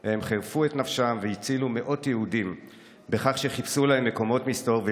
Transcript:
בן 21. היו לו הניירות המתאימים וגם סיפורי כיסוי,